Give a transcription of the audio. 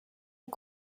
est